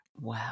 Wow